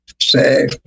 say